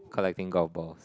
collecting golf balls